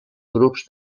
grups